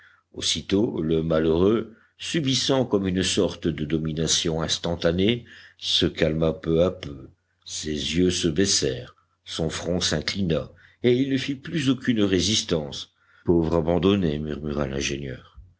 aussitôt le malheureux subissant comme une sorte de domination instantanée se calma peu à peu ses yeux se baissèrent son front s'inclina et il ne fit plus aucune résistance pauvre abandonné murmura l'ingénieur